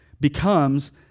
becomes